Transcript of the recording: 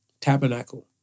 Tabernacle